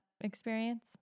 experience